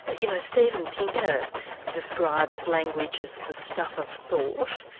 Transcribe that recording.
you know stephen pinker describes language as the stuff of thought,